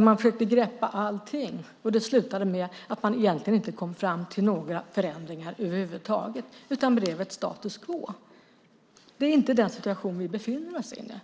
Man försökte greppa allting. Det slutade med att man egentligen inte kom fram till några förändringar över huvud taget. Det blev ett status quo. Det är inte den situation vi befinner oss i nu.